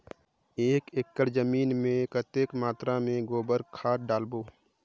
एक एकड़ जमीन मे कतेक मात्रा मे गोबर खाद डालबो?